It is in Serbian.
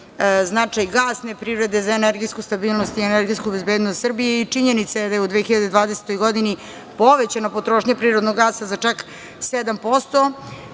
značaj gasne privrede za energetsku stabilnost i energetsku bezbednost Srbije i činjenice da je u 2020. godini povećana potrošnja prirodnog gasa za čak